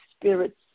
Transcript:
Spirit's